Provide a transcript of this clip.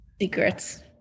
Secrets